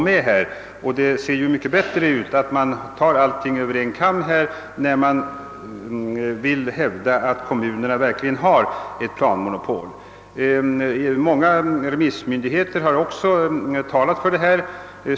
Det skulle också se mycket bättre ut om man skar allt över en kam när man hävdar att kommunerna skall ha ett planmonopol. Många remissinstanser har också uttalat önskemål härom.